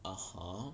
(uh huh)